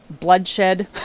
bloodshed